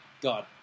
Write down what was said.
God